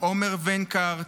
עומר ונקרט,